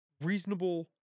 reasonable